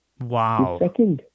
Wow